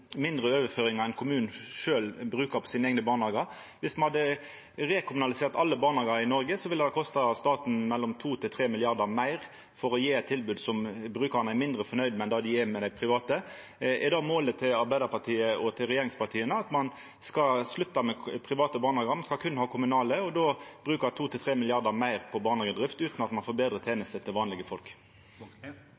mindre overføringar enn kommunen sjølv bruker på sine eigne barnehagar. Dersom me hadde rekommunalisert alle barnehagar i Noreg, ville det ha kosta staten 2–3 mrd. kr meir – for å gje eit tilbod som brukarane er mindre fornøgde med enn dei er med det private. Er det målet til Arbeidarpartiet og til regjeringspartia, at ein skal slutta med private barnehagar og berre ha kommunale, og då bruka 2–3 mrd. kr meir på barnehagedrift, utan at ein får betre